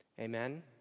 Amen